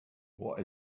what